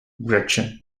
gretchen